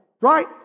Right